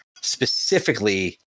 specifically